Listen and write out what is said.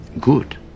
good